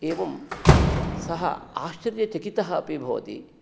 एवं सः आश्चर्यचकितः अपि भवति